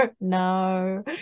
no